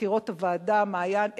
ומזכירות הוועדה מעיין,